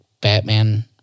Batman